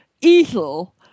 easel